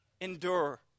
endure